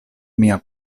mia